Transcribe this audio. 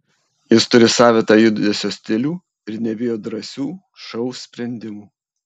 jis turi savitą judesio stilių ir nebijo drąsių šou sprendimų